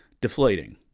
deflating